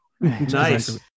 Nice